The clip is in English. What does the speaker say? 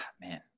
Man